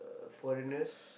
uh foreigners